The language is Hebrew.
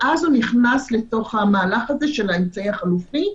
ואז הוא נכנס למהלך הזה של האמצעי החלופי,